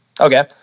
Okay